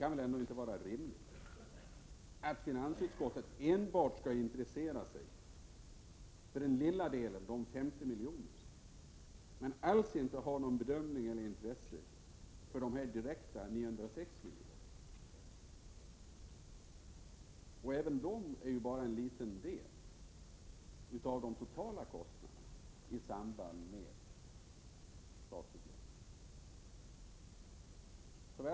Det är ändå inte rimligt att finansutskottet enbart skall intressera sig för den lilla delen, de 50 milj.kr., och inte alls göra någon bedömning av eller ha något intresse för dessa direkta 960 milj.kr. Även de utgör ju bara en liten del av de totala kostnaderna i samband med statsupplåning.